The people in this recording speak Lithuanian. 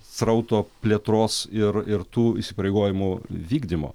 srauto plėtros ir ir tų įsipareigojimų vykdymo